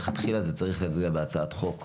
שזה צריך להופיע בהצעת חוק מלכתחילה.